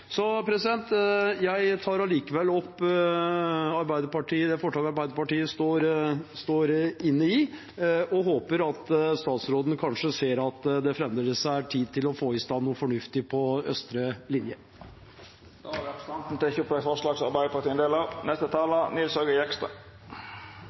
Jeg tar allikevel opp forslaget Arbeiderpartiet er medforslagsstiller til, og jeg håper at statsråden kanskje ser at det fremdeles er tid til å få i stand noe fornuftig på østre linje. Representanten Stein Erik Lauvås har teke opp